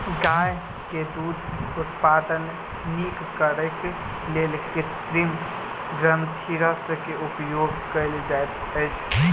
गाय के दूध उत्पादन नीक करैक लेल कृत्रिम ग्रंथिरस के उपयोग कयल जाइत अछि